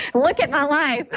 look at my life.